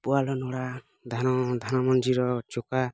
ପୁଆଲ ନଡ଼ା ଧାନ ଧାନ ମଞ୍ଜିର ଚୋପା